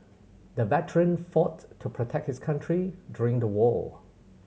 the veteran fought to protect his country during the war